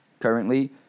Currently